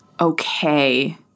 okay